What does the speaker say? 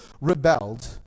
rebelled